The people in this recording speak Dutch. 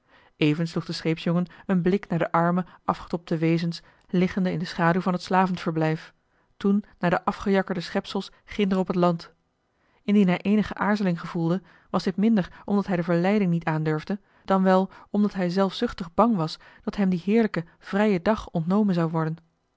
sloeg de scheepsjongen een blik naar de arme afgetobde wezens liggende in de schaduw van het slavenverblijf toen naar de afgejakkerde schepsels ginder op het land indien hij eenige aarzeling gevoelde was dit minder omdat hij de verleiding niet aandurfde dan wel omdat hij zelfzuchtig bang was dat hem die heerlijke vrije dag ontnomen zou worden